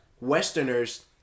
Westerners